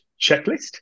checklist